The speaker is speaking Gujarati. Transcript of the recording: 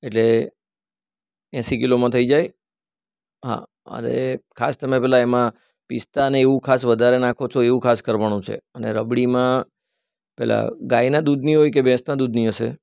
એટલે એંસી કિલોમાં થઈ જાય હાં હવે ખાસ તમે પેલા એમાં પિસ્તા ને એવું ખાસ વધારે નાખો છો એવુ ખાસ કરવાનું છે અને રબડીમાં પેલા ગાયના દૂધની હોય કે ભેંસના દૂધની હશે